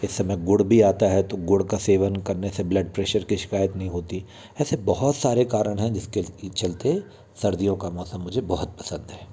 इस समय गुड़ भी आता है तो गुड़ का सेवन करने से ब्लड प्रेशर की शिकायत नहीं होती ऐसे बहुत सारे कारण हैं जिसके चलते सर्दियों का मौसम मुझे बहुत पसंद है